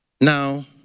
Now